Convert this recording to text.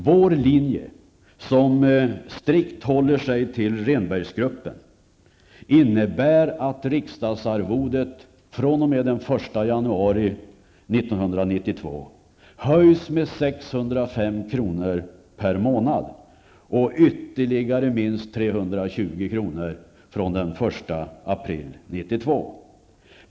Vår linje, som innebär att vi strikt håller oss till Rehnbergsgruppen, innebär att riksdagsarvodet fr.o.m. den 1 januari 1992 höjs med 605 kr. per månad och med ytterligare minst 320 kr. per månad från den 1 april 1992.